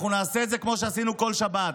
אנחנו נעשה את זה כמו שעשינו בכל שבת.